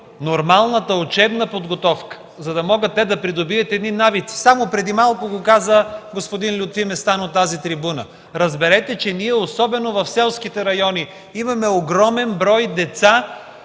нормалната учебна подготовка, за да придобият едни навици. Само преди малко го каза господин Лютви Местан от тази трибуна. Разберете, че ние особено в селските райони имаме огромен брой деца,